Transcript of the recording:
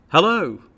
Hello